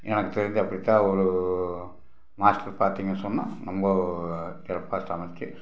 எனக்கு தெரிஞ்ச அப்படிதா ஒரு மாஸ்டர் பார்த்தீங்கன்னு சொன்னால் ரொம்ப சிறப்பாக சமைத்து